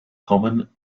common